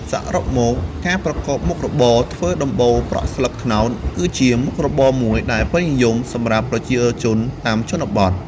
សរុបមក ការប្រកបមុខរបរធ្វើដំបូលប្រក់ស្លឹកត្នោត គឺជាមុខរបរមួយដែលពេញនិយមសម្រាប់ប្រជាជនតាមជនបទ។